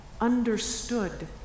understood